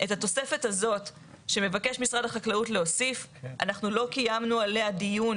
את התוספת הזאת שמבקש משרד החקלאות להוסיף אנחנו לא קיימנו עליה דיון